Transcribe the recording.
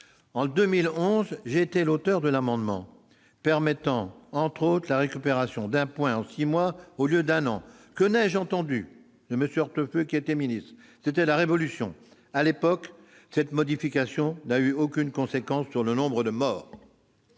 En 2011, j'ai été l'auteur de l'amendement permettant notamment la récupération d'un point en six mois au lieu d'un an. Que n'ai-je entendu de la part de M. Hortefeux, alors ministre ? C'était la révolution ! À l'époque, cette modification n'a eu aucune conséquence sur le nombre de morts.